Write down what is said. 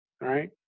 right